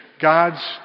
God's